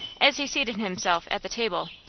as he seated himself at the table.